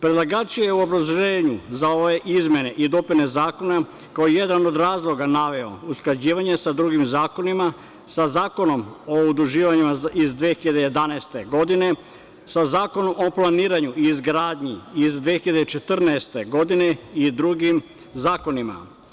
Predlagač je u obrazloženju za ove izmene i dopune zakona kao jedan od razloga naveo usklađivanje sa drugim zakonima, sa Zakonom o udruživanjima iz 2011. godine, sa Zakonom o planiranju i izgradnji iz 2014. godine, i drugim zakonima.